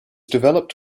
developed